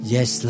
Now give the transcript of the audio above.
Yes